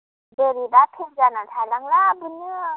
बोरैबा फेल जाना थालांब्ला बेयावनो